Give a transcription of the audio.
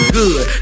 good